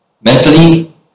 mentally